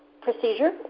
procedure